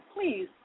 please